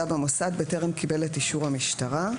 במוסד בטרם קיבל את אישור המשטרה.